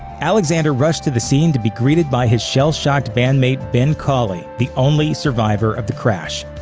alexander rushed to the scene to be greeted by his shell-shocked bandmate ben cauley, the only survivor of the crash.